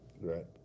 Right